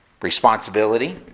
Responsibility